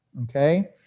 Okay